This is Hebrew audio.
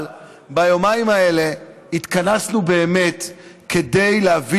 אבל ביומיים האלה התכנסנו באמת כדי להביא